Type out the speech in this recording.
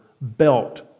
belt